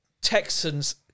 Texans